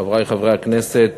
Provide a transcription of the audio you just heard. חברי חברי הכנסת,